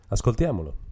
Ascoltiamolo